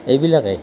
এইবিলাকেই